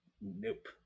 Nope